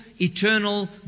eternal